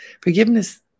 Forgiveness